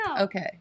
Okay